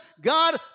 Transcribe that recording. God